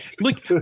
Look